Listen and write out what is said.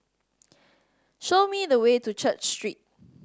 show me the way to Church Street